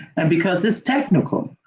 and because it's technical,